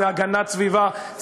זה הגנת סביבה,